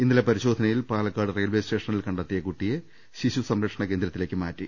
ഇന്നലെ പരിശോധനയിൽ പാലക്കാട് റെയിൽവെ സ്റ്റേഷനിൽ കണ്ടെത്തിയ കുട്ടിയെ ശിശു സംരക്ഷണ കേന്ദ്രത്തിലേക്ക് മാറ്റി